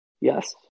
Yes